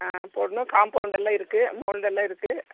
ஆ பொண்ணு காம்பவுண்டெல்லாம் இருக்குது மோல்டெல்லாம் இருக்குது